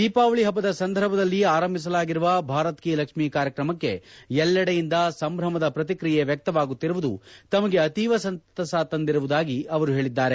ದೀಪಾವಳಿ ಪಬ್ಬದ ಸಂದರ್ಭದಲ್ಲಿ ಆರಂಭಿಸಲಾಗಿರುವ ಭಾರತ್ ಕಿ ಲಕ್ಷ್ಮಿ ಕಾರ್ಯಕ್ರಮಕ್ಕೆ ಎಲ್ಲೆಡೆಯಿಂದ ಸಂಭ್ರಮದ ಪ್ರಕ್ರಿಕಿಯೆ ವ್ಯಕ್ತವಾಗುತ್ತಿರುವುದು ತಮಗೆ ಅತೀವ ಸಂತಸ ತಂದಿರುವುದಾಗಿ ಅವರು ಹೇಳದ್ದಾರೆ